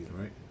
right